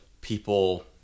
people